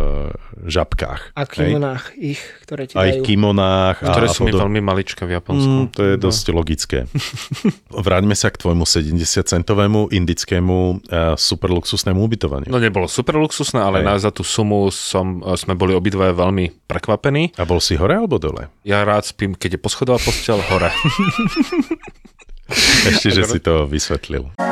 žabkách, A hej? kimonách ich, ktoré ti A ich dajú. kimonách a- Ktoré a sú mi podob- veľmi maličké v Japonsku. Mm, to je dosť No. logické. Vráťme sa k tvojmu 70-centovému indickému, eh, superluxusnému ubytovaniu. No, nebolo superluxusné, ale Hej. na- za tú sumu som- eh, sme boli obidvoje veľmi prekvapení. A bol si hore alebo dole? Ja rád spím, keď je poschodová posteľ, hore. Ešte, že Ako- si to vysvetlil.